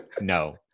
no